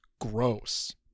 gross